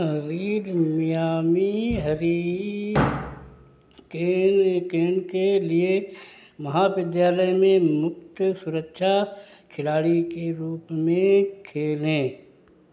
read Miami hurricanes केन के लिए महाविद्यालय में मुक्त सुरक्षा खिलाड़ी के रूप में खेले